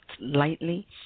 lightly